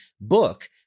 book